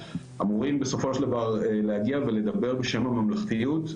אמורים בסופו של דבר להגיע ולדבר בשם הממלכתיות.